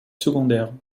secondaire